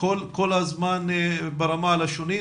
כל הזמן ברמה הלשונית?